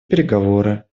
переговоры